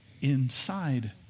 inside